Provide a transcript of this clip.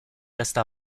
reste